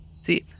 See